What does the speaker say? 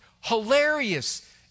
Hilarious